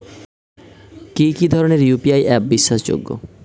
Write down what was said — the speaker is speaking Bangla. কি কি ধরনের ইউ.পি.আই অ্যাপ বিশ্বাসযোগ্য?